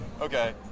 Okay